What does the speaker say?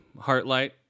Heartlight